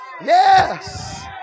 Yes